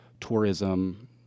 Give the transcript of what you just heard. tourism